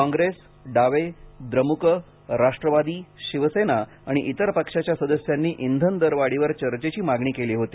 कॉंग्रेस डावे द्रमुक राष्ट्रवादी शिवसेना आणि इतर पक्षाच्या सदस्यांनी इंधन दरवाढीवर चर्चेची मागणी केली होती